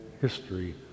history